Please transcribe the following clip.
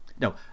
no